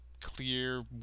Clear